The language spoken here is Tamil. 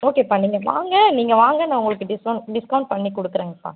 ஓகேப்பா நீங்கள் வாங்க நீங்கள் வாங்க நான் உங்களுக்கு டிஸ்கவுண்ட் டிஸ்கவுண்ட் பண்ணிக் கொடுக்குறேங்கப்பா